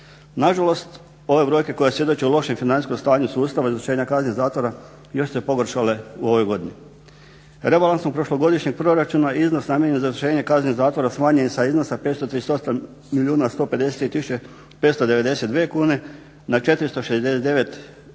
Nažalost ove brojke koje svjedoče lošem financijskom stanju sustava izvršenja kazni zatvora još su se pogoršale u ovoj godini. Rebalansom prošlogodišnjeg proračuna iznos namijenjen za izvršenje kazne zatvora smanjen je sa iznosa 538 milijuna 153 tisuće